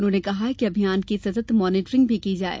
उन्होंने कहा कि अभियान की सतत मॉनीटरिंग भी की जाये